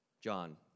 John